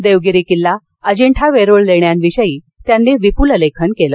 देवगिरी किल्ला अजिंठा वेरूळ लेण्याविषयी त्यांनी विपुल लेखन केलं